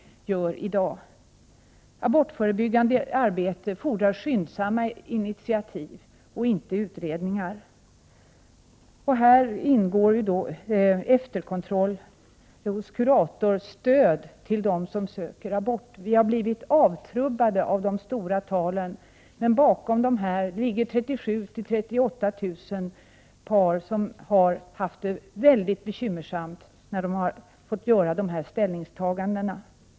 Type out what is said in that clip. När det gäller det abortförebyggande arbetet fordras det skyndsamma initiativ, inte utredningar. Här ingår efterkontroll hos kurator och stöd till dem som ansöker om att få göra abort. Vi har blivit avtrubbade av de höga talen i detta sammanhang. Men i bakgrunden finns det faktiskt 37 000 38 000 par som har haft det väldigt bekymmersamt med sina ställningstaganden.